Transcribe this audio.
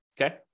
Okay